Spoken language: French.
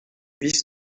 vice